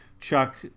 Chuck